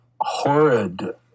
horrid